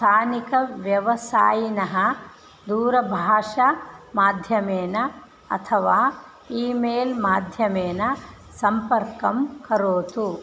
स्थानिकव्यवसायिनः दूरभाषामाध्यमेन अथवा email माध्यमेन सम्पर्कं करोतु